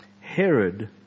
Herod